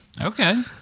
Okay